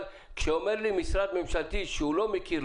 אבל כשאומר לי משרד ממשלתי שהוא לא מכיר,